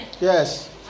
Yes